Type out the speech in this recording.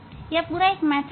यह प्रक्रिया है